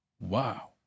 wow